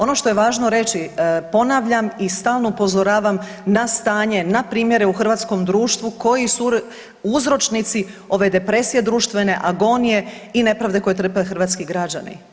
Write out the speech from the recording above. Ono što je važno reći, ponavljam i stalno upozoravam na stanje, na primjere u hrvatskom društvu koji su uzročnici ove depresije, društvene agonije i nepravde koju trpe hrvatski građani.